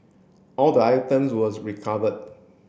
all the items was recovered